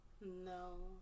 No